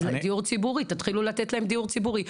אז דיור ציבורי, תתחילו לתת להם דיור ציבורי.